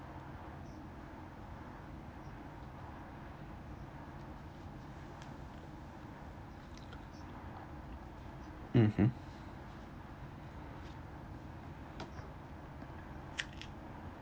mmhmm